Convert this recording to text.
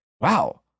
wow